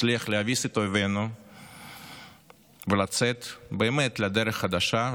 נצליח להביס את אויבינו ולצאת לדרך חדשה,